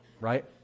Right